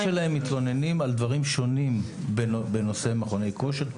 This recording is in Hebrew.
ההורים שלהם מתלוננים על דברים שונים בנושא מכוני כושר.